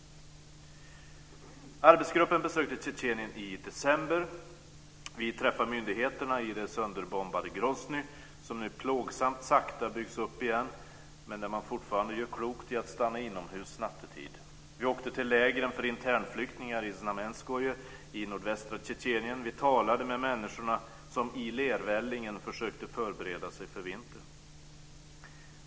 Arbetsgruppen besökte Tjetjenien i december. Vi träffade myndigheterna i det sönderbombade Grozny, som nu plågsamt sakta byggs upp igen, men där man fortfarande gör klokt i att stanna inomhus nattetid. Vi åkte till lägren för internflyktingar i Znamenskoje i nordvästra Tjetjenien. Vi talade med människorna som i lervällingen försökte förbereda sig för vintern.